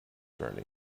journey